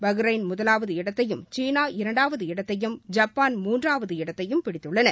Bahrain முதலாவது இடத்தையும் சீனா இரண்டாவது இடத்தையும் ஜப்பான் மூன்றாம் இடத்தையும் பிடித்துள்ளன